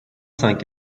cinq